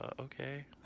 okay